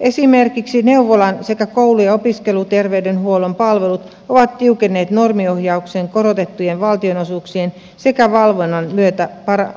esimerkiksi neuvolan sekä kouliopiskeluterveydenhuollon palvelut ovat niukenneet normiohjauksen korotettujen valtionosuuksien sekä valvonnan myötä karhut